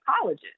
colleges